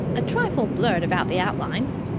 a trifle blurred about the outlines,